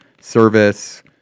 service